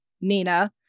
nina